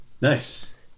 Nice